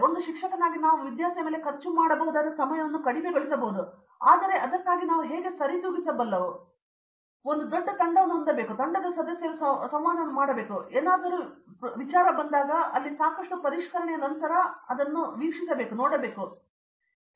ಒಂದು ಶಿಕ್ಷಕನಾಗಿ ನಾವು ವಿದ್ಯಾರ್ಥಿಯ ಮೇಲೆ ಖರ್ಚು ಮಾಡಬಹುದಾದ ಸಮಯವನ್ನು ಕಡಿಮೆಗೊಳಿಸಬಹುದು ಆದರೆ ಅದಕ್ಕಾಗಿ ನಾವು ಹೇಗೆ ಸರಿದೂಗಿಸಬಲ್ಲೆವು ಒಂದು ದೊಡ್ಡ ತಂಡವನ್ನು ಹೊಂದಬೇಕು ಮತ್ತು ತಂಡದ ಸದಸ್ಯರು ಸಂವಹನ ನಡೆಸುತ್ತೇವೆ ಮತ್ತು ಏನಾದರೂ ನಿಮಗೆ ಬಂದಾಗ ಅದು ಅಲ್ಲಿ ಸಾಕಷ್ಟು ಪರಿಷ್ಕರಣೆಯ ನಂತರ ಮತ್ತು ನಾನು ನೋಡಿದ್ದೇನೆ